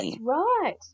right